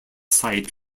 site